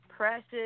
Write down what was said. Precious